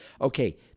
Okay